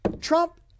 Trump